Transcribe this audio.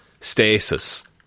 stasis